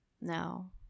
No